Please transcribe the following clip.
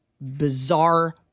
bizarre